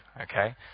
okay